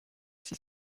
six